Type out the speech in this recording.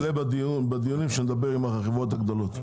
זה יעלה בדיון על אודות החברות הגדולות.